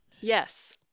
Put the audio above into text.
Yes